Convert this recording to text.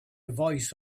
voice